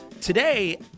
Today